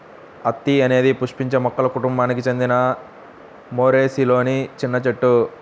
అత్తి అనేది పుష్పించే మొక్కల కుటుంబానికి చెందిన మోరేసిలోని చిన్న చెట్టు